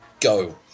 go